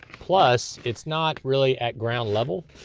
plus, it's not really at ground level.